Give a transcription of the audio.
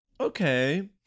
Okay